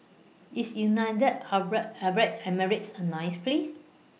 IS United Arab Emirates A nice Place